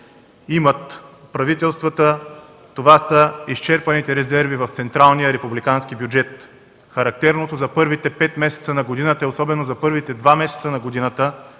имат правителствата, това са изчерпаните резерви в централния републикански бюджет. Характерното за първите пет месеца на годината и особено за първите два месеца на годината